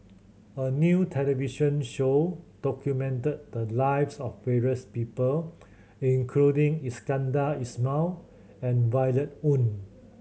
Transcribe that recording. a new television show documented the lives of various people including Iskandar Ismail and Violet Oon